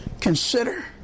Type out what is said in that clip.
Consider